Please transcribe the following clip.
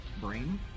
brain